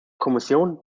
kommission